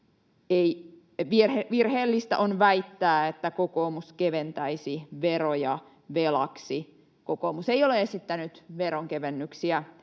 virheellistä on väittää, että kokoomus keventäisi veroja velaksi. Kokoomus ei ole esittänyt veronkevennyksiä